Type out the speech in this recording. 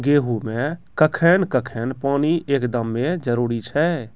गेहूँ मे कखेन कखेन पानी एकदमें जरुरी छैय?